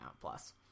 Plus